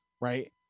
right